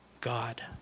God